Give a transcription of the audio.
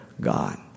God